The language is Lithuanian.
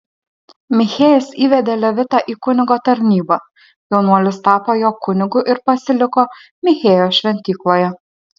michėjas įvedė levitą į kunigo tarnybą jaunuolis tapo jo kunigu ir pasiliko michėjo šventykloje